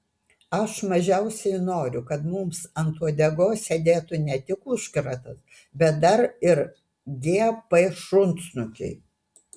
aš mažiausiai noriu kad mums ant uodegos sėdėtų ne tik užkratas bet dar ir gp šunsnukiai